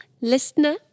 listener